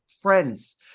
friends